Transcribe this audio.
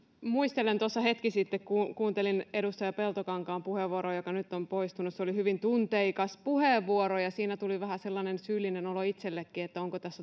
muistelen kun tuossa hetki sitten kuuntelin puheenvuoroa edustaja peltokankaalta joka nyt on poistunut se oli hyvin tunteikas puheenvuoro ja siinä tuli vähän sellainen syyllinen olo itsellekin että onko tässä